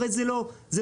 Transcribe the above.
הרי, זה לא חכם.